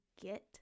get